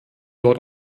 dort